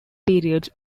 periods